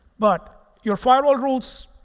but your firewall rules,